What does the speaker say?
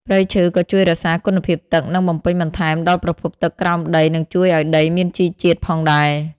ព្រៃឈើក៏ជួយរក្សាគុណភាពទឹក និងបំពេញបន្ថែមដល់ប្រភពទឹកក្រោមដីនិងជួយឲ្យដីមានជីជាតិផងដែរ។